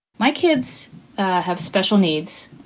my kids have special needs.